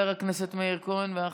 אורנה ברביבאי ומאיר כהן.